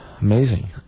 Amazing